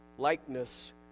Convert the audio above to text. Likeness